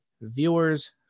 viewers